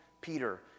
Peter